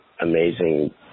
amazing